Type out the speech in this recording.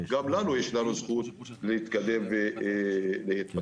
גם לנו יש זכות להתקיים ולהתפתח.